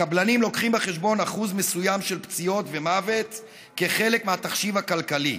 הקבלנים לוקחים בחשבון אחוז מסוים של פציעות ומוות כחלק מהתחשיב הכלכלי.